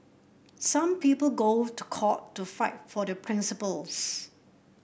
some people go to court to fight for their principles